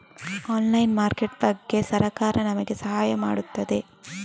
Online market ಬಗ್ಗೆ ಸರಕಾರ ನಮಗೆ ಸಹಾಯ ಮಾಡುತ್ತದೆ?